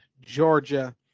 Georgia